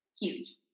huge